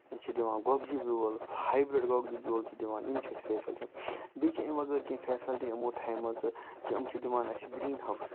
چھِ دِوان گۄگجہِ بیول ہایبرڈ گۄگجہِ بیول چھِ دِوان یِم چھِ اَسہِ بیٚیہِ چھِ ایٚمہِ وغٲر کیٚنہہ فیسلٹی یِمَو تھاومَژٕ کہِ یِم چھِ دِوان اَسہِ گریٖن ہاوُس